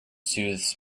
soothes